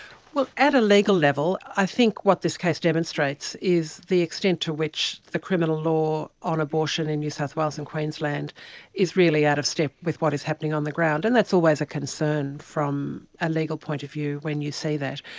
well, at a legal level, i think what this case demonstrates is the extent to which the criminal law on abortion in new south wales and queensland is really out of step with what is happening on the ground, and that's always a concern from a legal point of view when you see that.